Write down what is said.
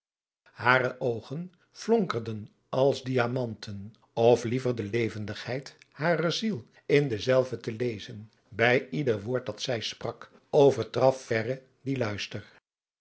hare oogen slonkerden als diamanten of liever de levendigheid harer ziel in dezelve te lezen bij ieder woord dat zij sprak overtrof verre dien luister